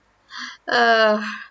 uh